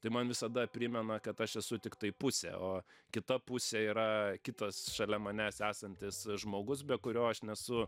tai man visada primena kad aš esu tiktai pusė o kita pusė yra kitas šalia manęs esantis žmogus be kurio aš nesu